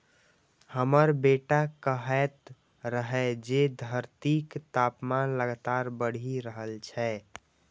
हमर बेटा कहैत रहै जे धरतीक तापमान लगातार बढ़ि रहल छै